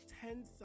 ten